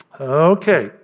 Okay